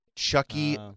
Chucky